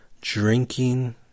Drinking